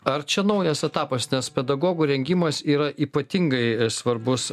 ar čia naujas etapas nes pedagogų rengimas yra ypatingai svarbus